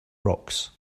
rocks